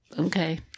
Okay